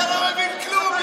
אתה לא מבין כלום,